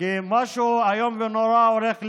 כי משהו איום ונורא הולך לקרות: